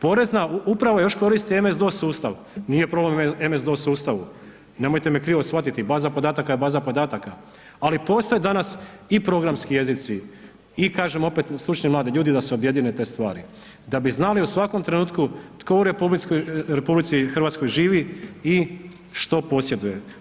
Porezna uprava još koristi MS DOS sustav, nije problem u MS DOS sustavu, nemojte me krivo shvatiti, baza podataka je baza podataka, ali postoje danas i programski jezici i kažem opet stručni mladi ljudi da se objedine te stvari bi znali u svakom trenutku tko u RH živi i što posjeduje.